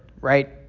right